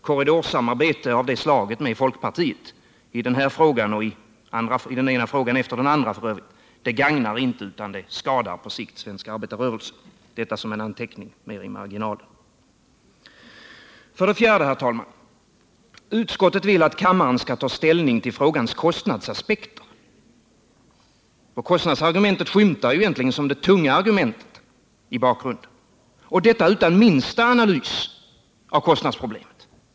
Korridorsamarbete av det slaget med folkpartiet i den ena frågan efter den andra gagnar inte utan skadar på sikt svensk arbetarrörelse — detta mer som en anteckning i marginalen. För det fjärde, herr talman, vill utskottet att kammaren skall ta ställning till frågans kostnadsaspekter — kostnadsargumentet skymtar egentligen som det tunga argumentet i bakgrunden — och detta utan minsta analys av kostnads problemet.